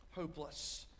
hopeless